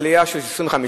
עלייה של 25%,